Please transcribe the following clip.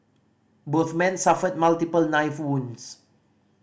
both men suffered multiple knife wounds